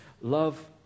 love